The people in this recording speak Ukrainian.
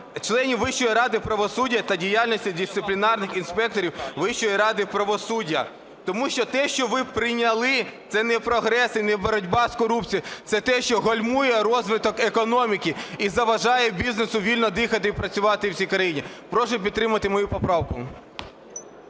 членів Вищої ради правосуддя та діяльності дисциплінарних інспекторів Вищої ради правосуддя. Тому що те, що ви прийняли, – це не прогрес і не боротьба з корупцією, це те, що гальмує розвиток економіки і заважає бізнесу вільно дихати і працювати в цій країні. Прошу підтримати мою поправку.